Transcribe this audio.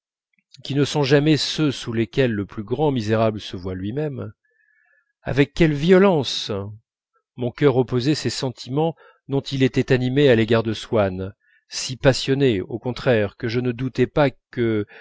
avec quelle violence mon cœur opposait ces sentiments dont il était animé à l'égard de swann si passionnés au contraire que je ne doutais pas que